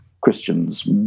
Christian's